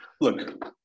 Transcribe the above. look